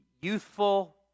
youthful